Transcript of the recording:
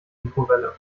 mikrowelle